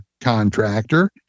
contractor